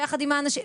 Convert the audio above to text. ביחד עם האנשים.